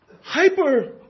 Hyper